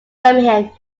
birmingham